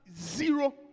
zero